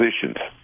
positions